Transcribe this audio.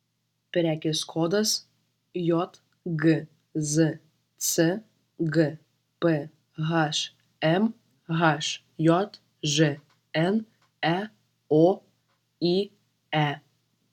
prekės kodas jgzc gphm hjžn eoye